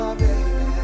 baby